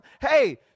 hey